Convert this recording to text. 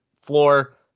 floor